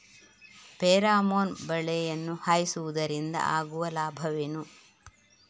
Pheromone ಬಲೆಯನ್ನು ಹಾಯಿಸುವುದರಿಂದ ಆಗುವ ಲಾಭವೇನು?